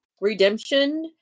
redemption